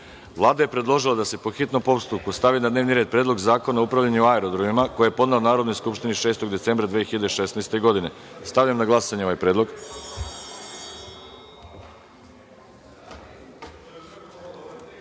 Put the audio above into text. je predložila da se, po hitnom postupku, stavi na dnevni red – Predlog zakona o upravljanju aerodromima, koji je podnela Narodnoj skupštini 6. decembra 2016. godine. Stavljam na glasanje ovaj